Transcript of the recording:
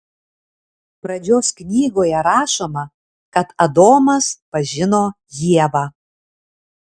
pradžios knygoje rašoma kad adomas pažino ievą